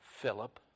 Philip